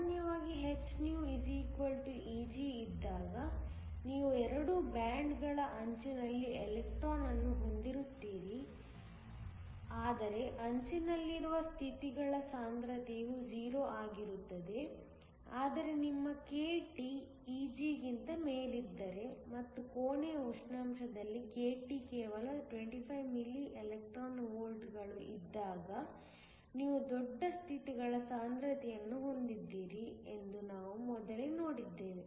ಸಾಮಾನ್ಯವಾಗಿ hυ Egಇದ್ದಾಗ ನೀವು ಎರಡೂ ಬ್ಯಾಂಡ್ ಗಳ ಅಂಚಿನಲ್ಲಿ ಎಲೆಕ್ಟ್ರಾನ್ ಅನ್ನು ಹೊಂದಿರುತ್ತೀರಿ ಆದರೆ ಅಂಚಿನಲ್ಲಿರುವ ಸ್ಥಿತಿಗಳ ಸಾಂದ್ರತೆಯು 0 ಆಗಿರುತ್ತದೆ ಆದರೆ ನಿಮ್ಮ k T Egಗಿಂತ ಮೇಲಿದ್ದರೆ ಮತ್ತು ಕೋಣೆಯ ಉಷ್ಣಾಂಶದಲ್ಲಿ k T ಕೇವಲ 25 ಮಿಲಿ ಎಲೆಕ್ಟ್ರಾನ್ ವೋಲ್ಟ್ಗಳು ಇದ್ದಾಗ ನೀವು ದೊಡ್ಡ ಸ್ಥಿತಿಗಳ ಸಾಂದ್ರತೆಯನ್ನು ಹೊಂದಿದ್ದೀರಿ ಎಂದು ನಾವು ಮೊದಲೇ ನೋಡಿದ್ದೇವೆ